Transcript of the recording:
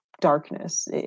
darkness